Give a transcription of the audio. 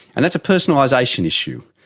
and that's a personalisation issue.